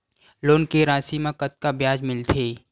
Loan के राशि मा कतका ब्याज मिलथे?